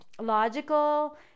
logical